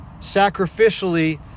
sacrificially